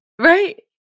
Right